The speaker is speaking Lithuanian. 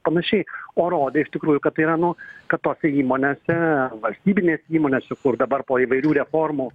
panašiai o rodė iš tikrųjų kad tai yra nu kad tose įmonėse valstybinės įmonės čia kur dabar po įvairių reformų